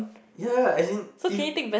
ya ya ya as in if